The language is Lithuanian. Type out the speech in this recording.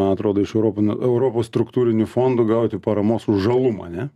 man atrodo iš europinio europos struktūrinių fondų gauti paramos už žalumą ane